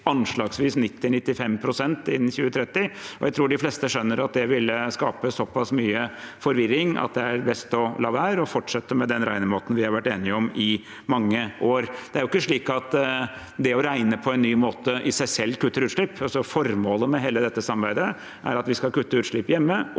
anslagsvis 90–95 pst. innen 2030. Jeg tror de fleste skjønner at det ville skape såpass mye forvirring at det er best å la være, og at vi heller fortsetter med den regnemåten vi har vært enige om i mange år. Det er ikke slik at det å regne på en ny måte i seg selv kutter utslipp. Formålet med hele dette samarbeidet er at vi skal kutte utslipp hjemme